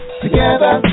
together